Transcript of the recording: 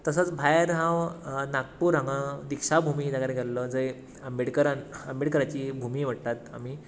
तसोच भायर हांव नागपूर हांगा दिक्षा भुमी ह्या जाग्यार गेल्लों जंय आंबेडकरान आंबेडकराची भुमी म्हणटात आमी